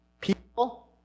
people